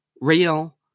real